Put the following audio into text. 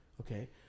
okay